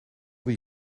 die